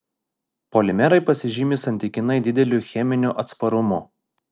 polimerai pasižymi santykinai dideliu cheminiu atsparumu